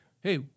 hey